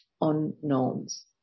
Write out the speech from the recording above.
unknowns